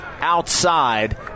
outside